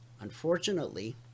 Unfortunately